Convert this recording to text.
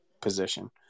position